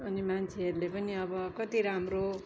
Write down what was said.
अनि मान्छेहरूले पनि अब कति राम्रो